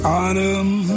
autumn